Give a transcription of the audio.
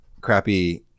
crappy